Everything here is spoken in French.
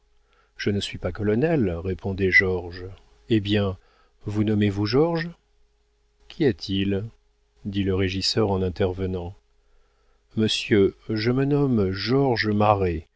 je ne suis pas colonel répondait georges eh bien vous nommez-vous georges qu'y a-t-il dit le régisseur en intervenant monsieur je me nomme georges